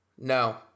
No